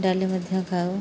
ଡାଲି ମଧ୍ୟ ଖାଉ